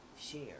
share